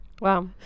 Wow